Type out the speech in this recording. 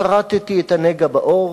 כרתתי את הנגע בעור,